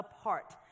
apart